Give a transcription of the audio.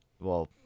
Well-